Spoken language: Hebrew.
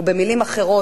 ובמלים אחרות,